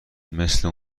مثل